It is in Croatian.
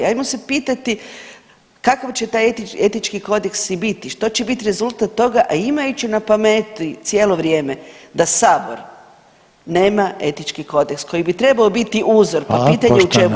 Ajmo se pitati kakav će taj etički kodeksi biti, što će biti rezultat toga, a imajući na pameti cijelo vrijeme da Sabor nema etički kodeks koji bi trebao biti uzor [[Upadica Reiner: Hvala.]] pa pitanje u čemu je uzor.